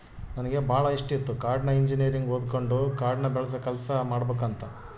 ನನಗೆ ಬಾಳ ಇಷ್ಟಿತ್ತು ಕಾಡ್ನ ಇಂಜಿನಿಯರಿಂಗ್ ಓದಕಂಡು ಕಾಡ್ನ ಬೆಳಸ ಕೆಲ್ಸ ಮಾಡಬಕಂತ